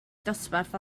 dosbarth